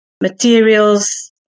materials